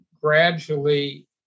gradually